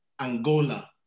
Angola